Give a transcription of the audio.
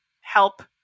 help